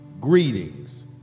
greetings